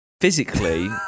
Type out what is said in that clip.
physically